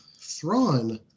Thrawn